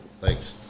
Thanks